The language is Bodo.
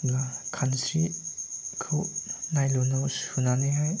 अब्ला खानस्रिखौ नायलनाव सुनानैहाय